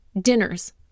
dinners